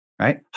right